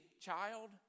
child